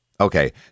Okay